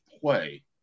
play